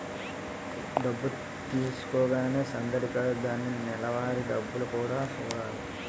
డబ్బు తీసుకోగానే సందడి కాదు దానికి నెలవారీ డబ్బులు కూడా సూడాలి